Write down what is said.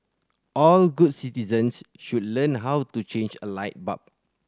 all good citizens should learn how to change a light bulb